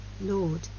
Lord